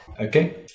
Okay